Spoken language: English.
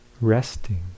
resting